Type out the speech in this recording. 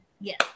Yes